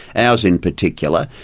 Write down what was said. ours in particular,